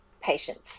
patients